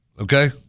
Okay